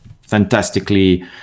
fantastically